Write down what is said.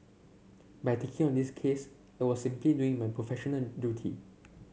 by taking on this case I was simply doing my professional duty